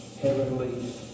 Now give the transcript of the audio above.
heavenly